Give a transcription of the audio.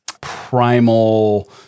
primal